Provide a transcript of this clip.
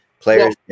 players –